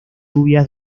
lluvias